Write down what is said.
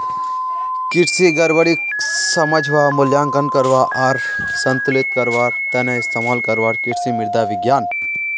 कृषि गड़बड़ीक समझवा, मूल्यांकन करवा आर संतुलित करवार त न इस्तमाल करवार कृषि मृदा विज्ञान